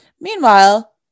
Meanwhile